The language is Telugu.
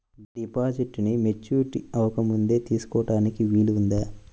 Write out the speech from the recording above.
డిపాజిట్ను మెచ్యూరిటీ అవ్వకముందే తీసుకోటానికి వీలుందా?